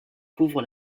couvre